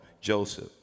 Joseph